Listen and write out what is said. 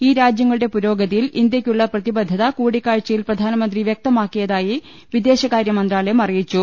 ഈ രാജ്യങ്ങളുടെ പുരോഗതി യിൽ ഇന്ത്യയ്ക്കുള്ള പ്രതിബദ്ധത കൂടിക്കാഴ്ചയിൽ പ്രധാനമന്ത്രി വ്യക്തമാക്കിയതായി വിദേശകാര്യമന്ത്രാലയം അറിയിച്ചു